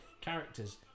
characters